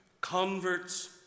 converts